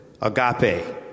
agape